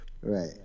Right